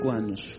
anos